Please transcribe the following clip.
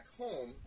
home